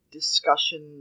discussion